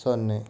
ಸೊನ್ನೆ